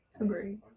agree